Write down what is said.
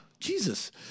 Jesus